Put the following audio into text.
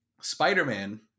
spider-man